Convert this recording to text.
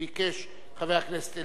ביקשו חבר הכנסת אלדד,